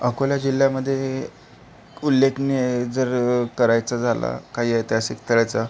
अकोला जिल्ह्यामध्ये उल्लेखनीय जर करायचं झाला काही ऐतिहासिक स्थळाचा